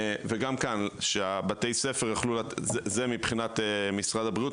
זה מבחינת משרד הבריאות.